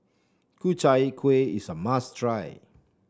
Ku Chai Kueh is a must try